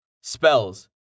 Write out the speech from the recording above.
spells